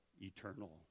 eternal